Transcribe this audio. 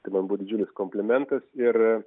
tai man buvo didžiulis komplimentas ir